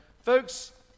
folks